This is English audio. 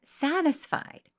satisfied